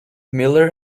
miller